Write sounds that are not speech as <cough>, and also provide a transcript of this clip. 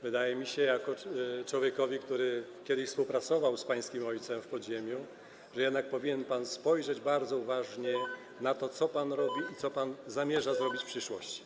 Wydaje mi się jako człowiekowi, który kiedyś współpracował z pańskim ojcem w podziemiu, <noise> że jednak powinien pan spojrzeć bardzo uważnie na to, co pan robi i co pan zamierza zrobić w przyszłości.